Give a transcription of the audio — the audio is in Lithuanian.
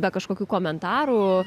be kažkokių komentarų